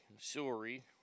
Sorry